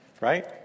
right